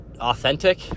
authentic